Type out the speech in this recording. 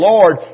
Lord